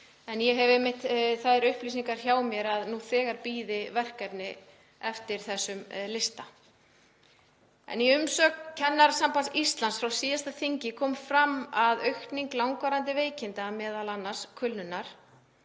Ég hef einmitt þær upplýsingar hjá mér að nú þegar bíði verkefni eftir þessum lista. Í umsögn Kennarasambands Íslands frá síðasta þingi kom fram að aukning langvarandi veikinda, m.a. kulnunar,